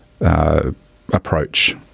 approach